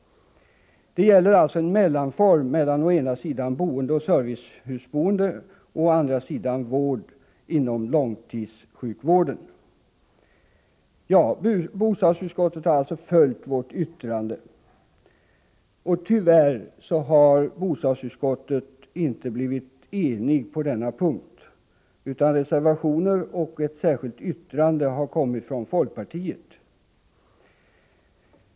Det gäller alltså en mellanform mellan å ena sidan vanligt boende och servicehusboende och å andra sidan vård inom långtidssjukvården. Bostadsutskottet har alltså följt vårt yttrande. Tyvärr har bostadsutskottet inte blivit enigt på denna punkt, utan reservationer och ett särskilt yttrande har avgivits från folkpartiet.